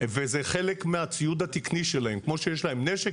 זה חלק מהציוד התקני שלהם כמו שיש להם נשק,